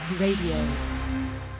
Radio